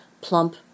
plump